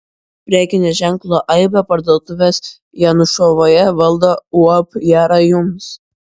prekinio ženklo aibė parduotuvę janušavoje valdo uab jara jums